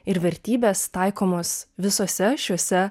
ir vertybės taikomos visose šiuose